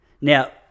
Now